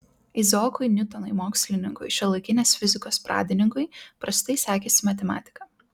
izaokui niutonui mokslininkui šiuolaikinės fizikos pradininkui prastai sekėsi matematika